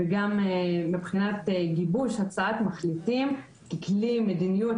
גם מבחינת גיבוש הצעת מחליטים ככלי מדיניות